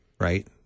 right